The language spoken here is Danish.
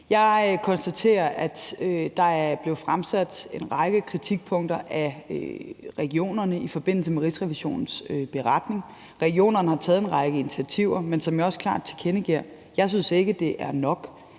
Jeg konstaterer, at der er blevet fremsat en række kritikpunkter i forhold til regionerne i forbindelse med Rigsrevisionens beretning. Regionerne har taget en række initiativer, men som jeg også klart tilkendegiver, synes jeg ikke, det er nok.